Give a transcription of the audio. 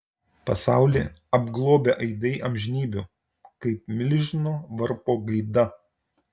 pasaulį apglobę aidai amžinybių kaip milžino varpo gaida